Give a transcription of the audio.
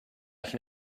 can